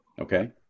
Okay